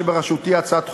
זאת אומרת,